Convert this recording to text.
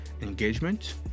engagement